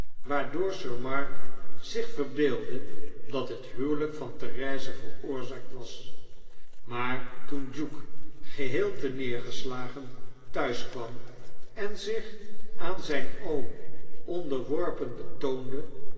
waardoor sir mark zich verbeeldde dat het huwelijk van therese veroorzaakt was maar toen duke geheel terneergeslagen thuis kwam en zich aan zijn oom onderworpen betoonde